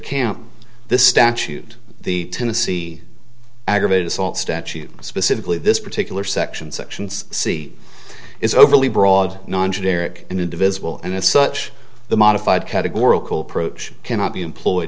camp this statute the tennessee aggravated assault statute specifically this particular section sections c is overly broad non generic an individual and as such the modified categorical pro choice cannot be employed